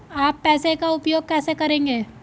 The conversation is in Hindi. आप पैसे का उपयोग कैसे करेंगे?